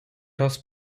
раз